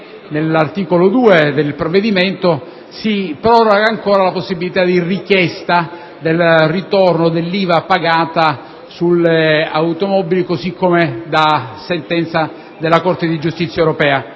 nell'articolo 2 originario del provvedimento si proroghi ancora la possibilità di richiesta di rimborso dell'IVA pagata sulle automobili così come da sentenza della Corte di giustizia europea.